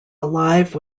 alive